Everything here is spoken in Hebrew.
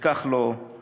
וכך גם בישראל.